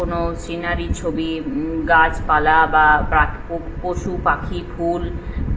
কোনো সিনারি গাছপালা বা পাক পোক পশু পাখি ফুল